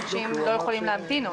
אנשים לא יכולים להמתין עוד.